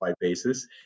basis